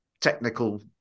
technical